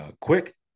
quick